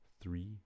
three